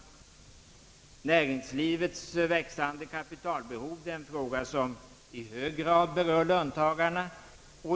Näringslivets växande kapitalbehov är en fråga som i hög grad berör löntagarna.